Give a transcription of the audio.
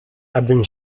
abym